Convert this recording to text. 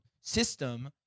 system